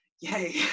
yay